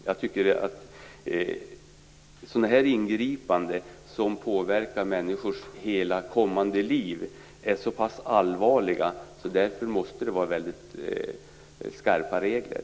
Jag tycker att sådana här ingripanden, som påverkar människors hela framtid, är så pass allvarliga att det måste finnas väldigt skarpa regler.